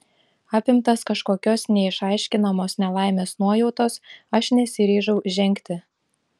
apimtas kažkokios neišaiškinamos nelaimės nuojautos aš nesiryžau žengti